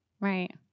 Right